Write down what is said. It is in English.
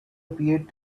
appeared